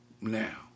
now